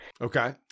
Okay